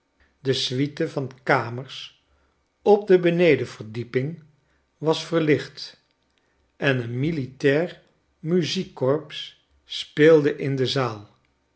de suite van kamers op de benedenverdieping was verlicht en een militair muziekkorps speelde in de zaal